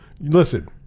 Listen